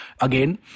Again